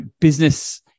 business